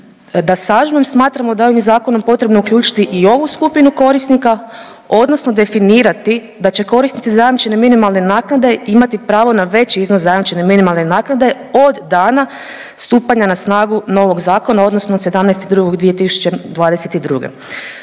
Da sažmem, smatramo da je ovim zakonom potrebno uključiti i ovu skupinu korisnika odnosno definirati da će korisnici zajamčene minimalne naknade imati pravo na veći iznos zajamčene minimalne naknade od dana stupanja na snagu novog zakona odnosno od 17.2.2022.